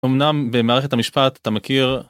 אמנם במערכת המשפט אתה מכיר